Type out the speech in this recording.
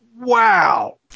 wow